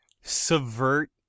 subvert